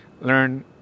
learn